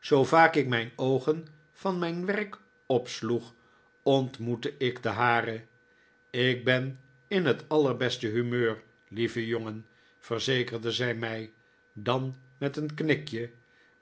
zoo vaak ik mijn oogen van mijn werk opsloeg ontmoette ik de hare ik ben in het allerbeste humeur lieve jongen verzekerde zij mij dan met een knikje